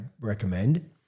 recommend